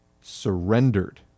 surrendered